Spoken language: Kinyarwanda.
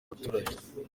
baturage